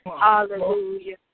Hallelujah